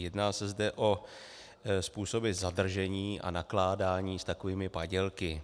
Jedná se zde o způsoby zadržení a nakládání s takovými padělky.